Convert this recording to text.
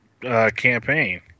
campaign